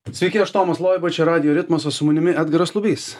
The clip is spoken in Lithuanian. sveiki aš tomas loiba čia radijo ritmas o su manimi edgaras lubys